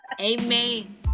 Amen